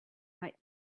might